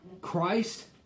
Christ